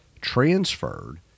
transferred